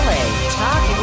Talk